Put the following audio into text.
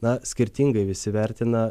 na skirtingai visi vertina